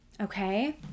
okay